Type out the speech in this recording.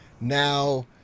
Now